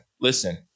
listen